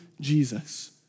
Jesus